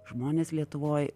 žmonės lietuvoj